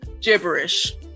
gibberish